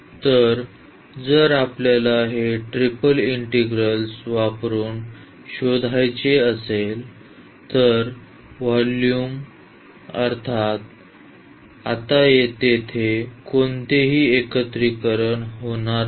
तर जर आपल्याला हे ट्रिपल इंटिग्रल्स वापरुन शोधायचे असेल तर व्हॉल्युम अर्थात आता तेथे कोणतेही एकत्रीकरण होणार नाही